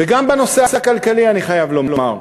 וגם בנושא הכלכלי אני חייב לומר,